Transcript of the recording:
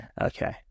Okay